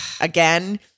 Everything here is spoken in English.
again